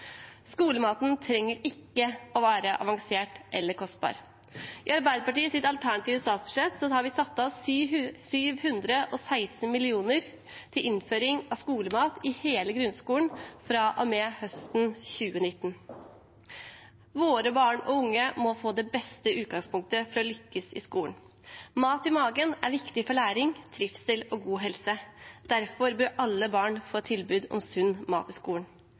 Skolematen trenger ikke å være avansert eller kostbar. I Arbeiderpartiets alternative statsbudsjett har vi satt av 716 mill. kr til innføring av skolemat i hele grunnskolen, fra og med høsten 2019. Våre barn og unge må få det beste utgangspunktet for å lykkes i skolen. Mat i magen er viktig for læring, trivsel og god helse. Derfor bør alle barn få tilbud om sunn mat i skolen.